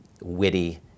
witty